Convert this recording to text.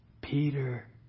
Peter